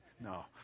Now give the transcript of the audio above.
No